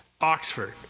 Oxford